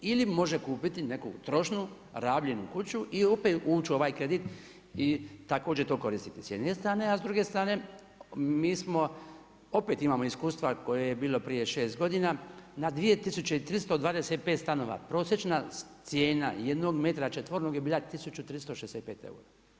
Ili može kupiti neku trošnu, rabljenu kuću i opet ući i ovaj kredit i također to koristiti, s jedne strane, a s druge strane mi smo, opet imamo iskustva koje je bilo prije 6 godina, na 2325 stanova, prosječna cijena jednog metra četvornog je bila 1365 eura.